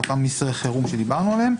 אותם מסרי חירום שדיברנו עליהם,